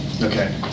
Okay